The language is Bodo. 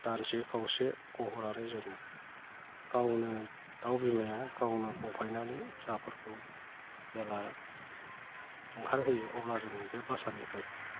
दानसे खावसे गहोनानै जों गावनो दाउ बिमाया गावनो गफायनानै फिसाफोरखौ जेब्ला ओंखारहोयो अब्ला जों बे बासानिफ्राय